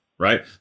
right